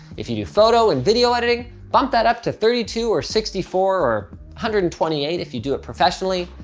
if you do photo and video editing, bump that up to thirty two or sixty four or one hundred and twenty eight if you do it professionally.